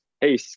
hey